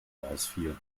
ausfiel